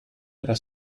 era